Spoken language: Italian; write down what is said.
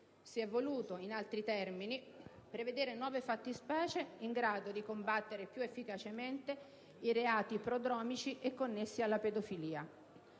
Si è voluto, in altri termini, prevedere nuove fattispecie in grado di combattere più efficacemente i reati prodromici e connessi alla pedofilia.